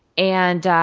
and,